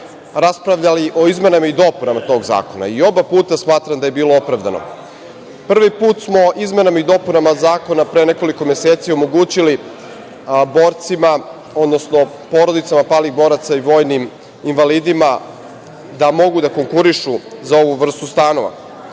raspravljali o izmenama i dopunama tog zakona i oba puta smatram da je bilo opravdano. Prvi put smo izmenama i dopunama Zakona pre nekoliko meseci omogućili borcima odnosno porodicama palih boraca i vojnim invalidima da mogu da konkurišu za ovu vrstu stanova.